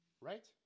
right